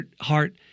heart